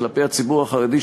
כלפי הציבור החרדי,